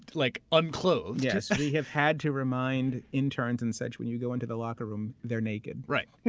like unclothed. yeah. we have had to remind interns and such, when you go into the locker room, they're naked. right.